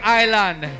island